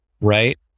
Right